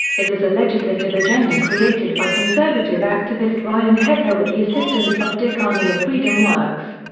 it was a legislative agenda created by conservative activist ryan hecker with the assistance of dick armey of freedomworks.